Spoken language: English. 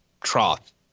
trough